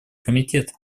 комитет